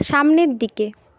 সামনের দিকে